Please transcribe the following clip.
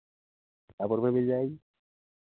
पुर में मिल जाएगी